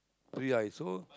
three right so